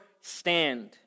stand